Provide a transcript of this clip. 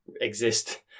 exist